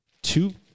Two